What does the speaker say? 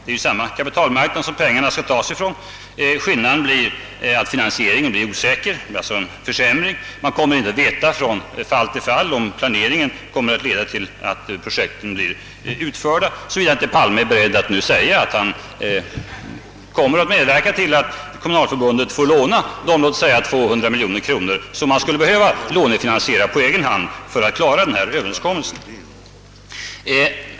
Det är samma kapitalmarknad pengarna skall tas ifrån. ”Skillnaden blir att finansieringen blir osäker — det blir alltså en försämring. Man kommer inte att veta från fall till fall om planeringen kommer att leda till att projekten blir genomförda, så vida inte statsrådet förklarar sig beredd att medverka till att kommunalförbundet får låna de kanske 200 miljoner kronor som skulle behöva lånefinansieras för att klara denna överenskommelse.